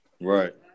Right